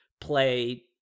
play